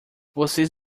vocês